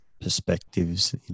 perspectives